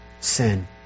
sin